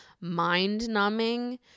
mind-numbing